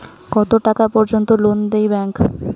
কত টাকা পর্যন্ত লোন দেয় ব্যাংক?